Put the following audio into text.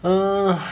err